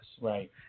Right